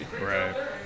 Right